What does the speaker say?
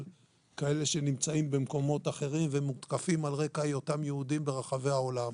כאלה שנמצאים במקומות אחרים ומותקפים על רקע היותם יהודים ברחבי העולם.